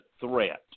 threat